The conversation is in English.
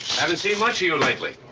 haven't seen much of you lately.